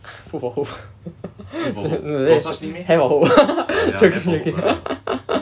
food for hope hair for hope joking joking